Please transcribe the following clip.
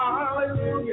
hallelujah